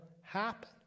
happen